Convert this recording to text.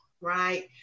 right